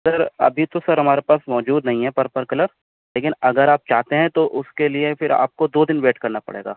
سر ابھی تو سر ہمارے پاس موجود نہیں ہے پرپل کلر لیکن اگر آپ چاہتے ہیں تو اس کے لیے پھر آپ کو دو دن ویٹ کرنا پڑے گا